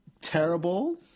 terrible